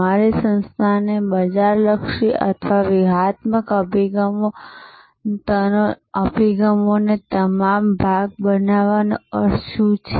તમારી સંસ્થાને બજાર લક્ષી અથવા વ્યૂહાત્મક અભિગમનો તમામ ભાગ બનાવવાનો અર્થ શું છે